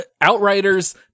Outriders